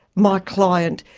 my client,